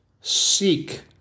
Seek